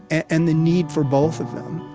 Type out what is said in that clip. and the need for both of them